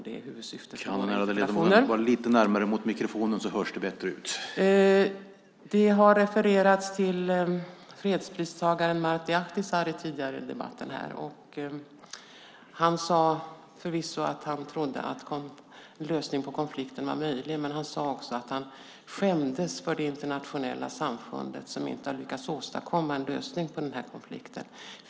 Det är huvudsyftet med interpellationen. Det har refererats till fredspristagaren Martti Ahtisaari tidigare i debatten. Han sade förvisso att han trodde att en lösning på konflikten var möjlig, men också att han skämdes för det internationella samfundet, som inte lyckats åstadkomma en lösning på konflikten.